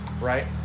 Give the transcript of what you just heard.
right